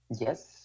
Yes